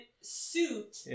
suit